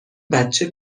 بچه